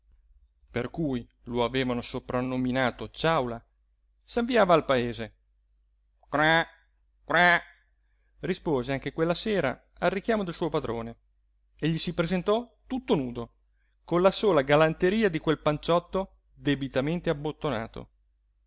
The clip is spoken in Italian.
soprannominato ciàula s'avviava al paese cràh cràh rispose anche quella sera al richiamo del suo padrone e gli si presentò tutto nudo con la sola galanteria di quel panciotto debitamente abbottonato